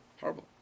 Horrible